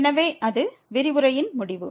எனவே இது விரிவுரையின் முடிவு